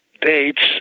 dates